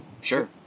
sure